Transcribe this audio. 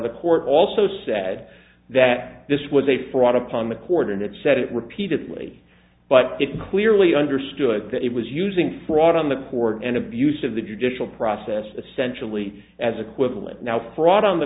the court also said that this was a fraud upon the court and it said it repeatedly but it clearly understood that it was using fraud on the court and abuse of the judicial process essentially as equivalent now fraud on the